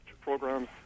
programs